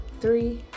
three